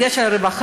בדגש על הרווחה,